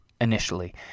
initially